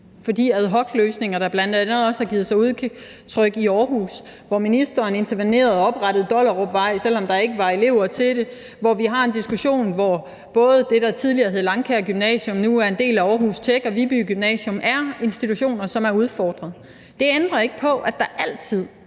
for ad hoc-løsninger har bl.a. også givet sig udtryk i Aarhus, hvor ministeren intervenerede og oprettede et gymnasietilbud på Dollerupvej, selv om der ikke var elever til det, og hvor vi har en diskussion om, at både det, der tidligere hed Langkær Gymnasium og nu er en del af AARHUS TECH, og Viby Gymnasium er institutioner, som er udfordret. Det ændrer ikke på, at der altid